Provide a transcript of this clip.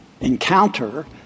encounter